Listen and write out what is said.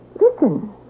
Listen